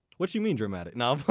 what you mean dramatic? nah i'm